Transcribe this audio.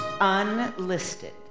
unlisted